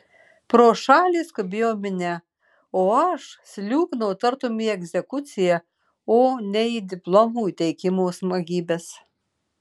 pro šalį skubėjo minia o aš sliūkinau tartum į egzekuciją o ne į diplomų įteikimo smagybes